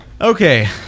Okay